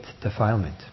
defilement